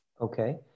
Okay